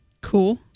Cool